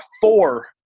four –